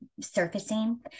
surfacing